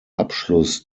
abschluss